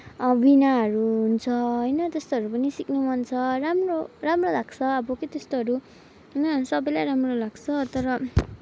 वीणाहरू हुन्छ होइन त्यस्तोहरू पनि सिक्नु मन छ राम्रो राम्रो लाग्छ अब के त्यस्तोहरू होइन सबैलाई राम्रो लाग्छ तर